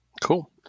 Cool